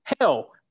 hell